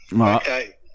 Okay